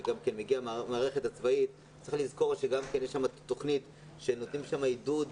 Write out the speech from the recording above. אתה כמי שמגיע מהמערכת הצבאית צריך לזכור ששם תוכנית בה נותנים עידוד